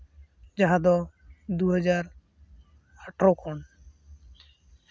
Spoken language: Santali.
ᱡᱟᱦᱟᱸ ᱫᱚ ᱫᱩ ᱦᱟᱡᱟᱨ ᱟᱴᱷᱨᱚ ᱠᱷᱚᱱ